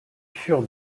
furent